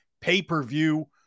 pay-per-view